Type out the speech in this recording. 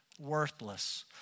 worthless